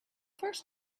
first